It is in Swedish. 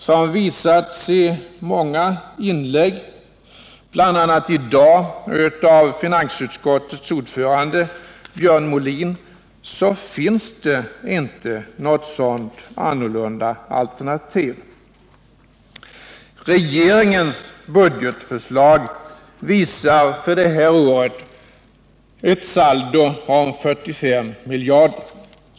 Som visats i många inlägg, bl.a. i dag av finansutskottets ordförande Björn Molin, finns det dock inte något sådant annorlunda alternativ. Regeringens budgetförslag visar för det här året ett saldo på 45 miljarder kronor.